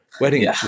wedding